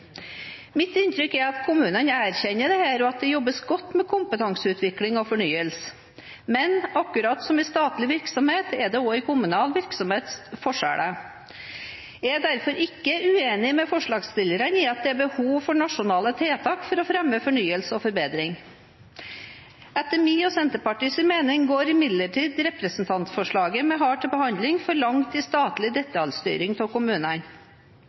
Mitt inntrykk er at kommunene erkjenner dette, og at det jobbes godt med kompetanseutvikling og fornyelse. Men akkurat som i statlig virksomhet er det også i kommunal virksomhet forskjeller. Jeg er derfor ikke uenig med forslagsstillerne i at det er behov for nasjonale tiltak for å fremme fornyelse og forbedring. Etter min og Senterpartiets mening går imidlertid representantforslaget vi har til behandling, for langt i statlig detaljstyring av kommunene.